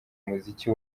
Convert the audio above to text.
umuziki